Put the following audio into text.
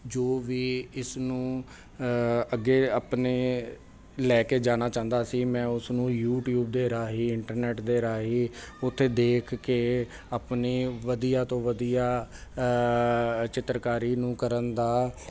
ਜੋ ਵੀ ਇਸ ਨੂੰ ਅੱਗੇ ਆਪਣੇ ਲੈ ਕੇ ਜਾਣਾ ਚਾਹੁੰਦਾ ਸੀ ਮੈਂ ਉਸ ਨੂੰ ਯੂਟੀਊਬ ਦੇ ਰਾਹੀਂ ਇੰਟਰਨੈਟ ਦੇ ਰਾਹੀਂ ਉੱਥੇ ਦੇਖ ਕੇ ਆਪਣੀ ਵਧੀਆ ਤੋਂ ਵਧੀਆ ਚਿੱਤਰਕਾਰੀ ਨੂੰ ਕਰਨ ਦਾ